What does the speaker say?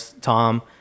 Tom